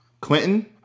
Clinton